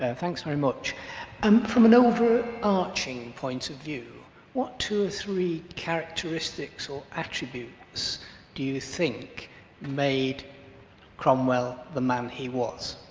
and thanks very much and from an over arching point of view what two or three characteristics or attributes do you think made cromwell the man he was?